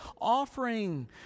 offering